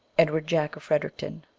edward jack, of fredericton,